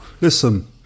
Listen